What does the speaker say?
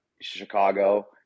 Chicago